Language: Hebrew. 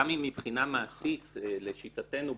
גם אם מבחינה מעשית לשיטתנו,